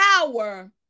power